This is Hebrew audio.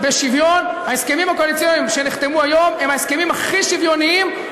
ואיכשהו ביום שני כבר יש הצעת אי-אמון.